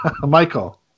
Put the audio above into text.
Michael